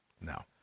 No